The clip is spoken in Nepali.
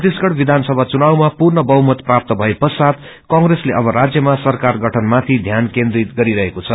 डत्तीसगढ विधानसभा च्वुनावामा पूर्ण बहुमत प्राप्त भए पचात कंप्रेसले अब राज्यमा सरकार गठनमाथि ध्यान केन्द्रित गरिरहेको छ